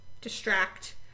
distract